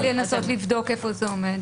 אני יכולה לנסות ולבדוק איפה זה עומד.